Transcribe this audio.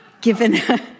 given